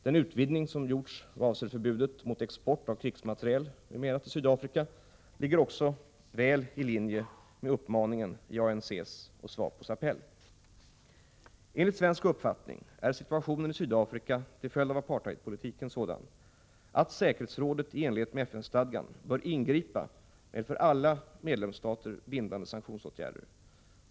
Den utvidgning som gjorts vad avser förbudet mot export av krigsmateriel m.m. till Sydafrika ligger också väl i linje med uppmaningen i ANC:s och SWAPO:s appell. Enligt svensk uppfattning är situationen i Sydafrika till följd av apartheidpolitiken sådan att säkerhetsrådet i enlighet med FN-stadgan bör ingripa med för alla medlemsstater bindande sanktionsåtgärder.